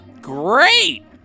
great